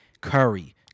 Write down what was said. Curry